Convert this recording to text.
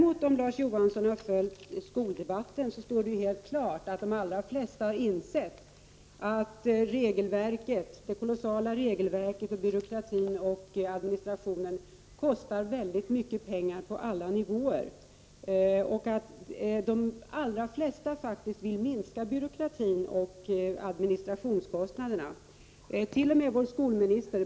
Men om Larz Johansson har följt skoldebatten står det helt klart att de allra flesta har insett att det kolossala regelverket, byråkratin och administrationen på alla nivåer kostar väldigt mycket pengar och att de allra flesta, t.o.m. vår skolminister, vill minska byråkratin och administrationskostnaderna.